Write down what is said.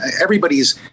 everybody's